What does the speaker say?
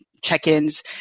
check-ins